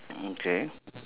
okay